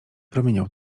promieniał